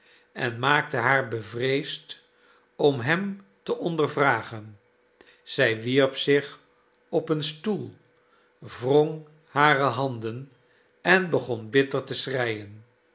en maakten haar bevreesd om hem te ondervragen zij wierp zich op een stoel wrong hare handen en begon bitter te schreien